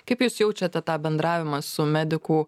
kaip jūs jaučiate tą bendravimą su medikų